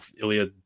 Ilya